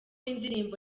indirimbo